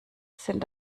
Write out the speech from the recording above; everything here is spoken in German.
sind